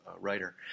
writer